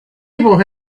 people